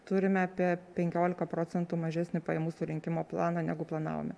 turime apie penkiolika procentų mažesnį pajamų surinkimo planą negu planavome